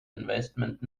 investment